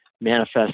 manifest